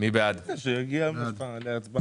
מי בעד קבלת ההסתייגות?